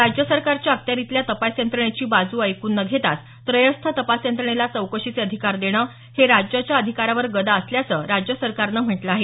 राज्य सरकारच्या अखत्यारितल्या तपास यंत्रणेची बाजू ऐकून न घेताच त्रयस्थ तपास यंत्रणेला चौकशीचे अधिकार देणं हे राज्याच्या अधिकारावर गदा असल्याचं राज्य सरकारनं म्हटलं आहे